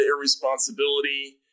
irresponsibility